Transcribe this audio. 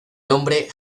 nombre